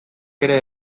ere